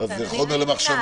אז זה חומר למחשבה,